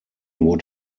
would